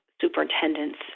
superintendents